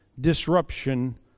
disruption